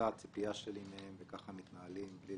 זו הציפייה שלי מהם וככה מתנהלים, בלי